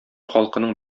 халкының